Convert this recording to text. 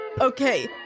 Okay